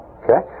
okay